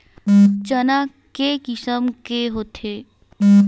चना के किसम के होथे?